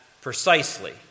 precisely